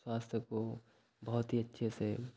स्वास्थ्य को बहुत ही अच्छे से